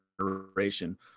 generation